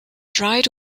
dried